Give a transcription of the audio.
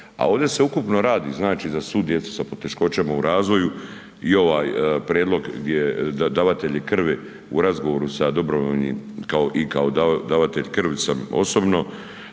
a ovde se ukupno radi znači za svu djecu sa poteškoćama u razvoju i ovaj prijedlog gdje davatelji krvi u razgovoru sa dobrovoljnim i kao davatelji krvi sam osobno